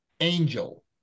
angel